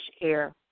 air